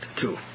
two